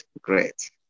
Great